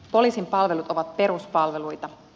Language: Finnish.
poliisin palvelut ovat peruspalveluita